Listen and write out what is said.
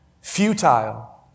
futile